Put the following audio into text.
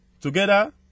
together